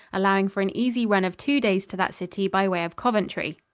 allowing for an easy run of two days to that city by way of coventry.